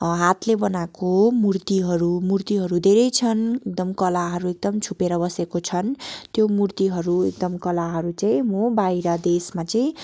हातले बनाएको मूर्तिहरू मूर्तीहरू धेरै छन् एकदम कलाहरू एकदम छुपेर बसेको छन् त्यो मुर्तिहरू एकदम कलाहरू चाहिँ म बाहिर देशमा चाहिँ